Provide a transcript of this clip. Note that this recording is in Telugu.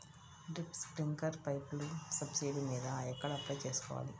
డ్రిప్, స్ప్రింకర్లు పైపులు సబ్సిడీ మీద ఎక్కడ అప్లై చేసుకోవాలి?